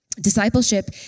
Discipleship